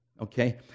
okay